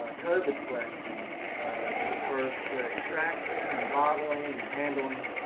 ah covid questions as it refers to extraction and bottling and handling.